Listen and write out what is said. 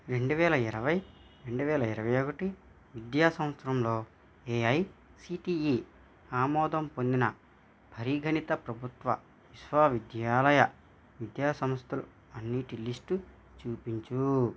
రెండు వేల ఇరవై రెండు వేల ఇరవై ఒకటి విద్యా సంవత్సరంలో ఏఐసీటీఈ ఆమోదం పొందిన పరిగణిత ప్రభుత్వ విశ్వవిద్యాలయ విద్యాసంస్థలు అన్నిటి లిస్టు చూపించు